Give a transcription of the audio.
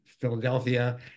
Philadelphia